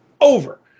over